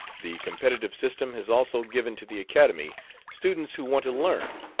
the competitive system has also given to the academy students who want to learn,